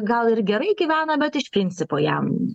gal ir gerai gyvena bet iš principo jam